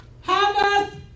Harvest